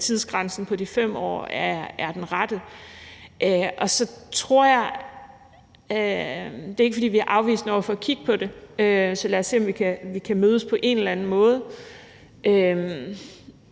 tidsgrænsen på de 5 år er den rette. Det er ikke, fordi vi er afvisende over for at kigge på det, så lad os se, om vi kan mødes på en eller anden måde.